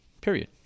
Period